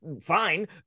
fine